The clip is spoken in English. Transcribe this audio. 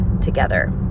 together